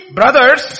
brothers